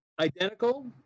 identical